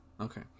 Okay